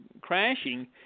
crashing